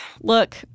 look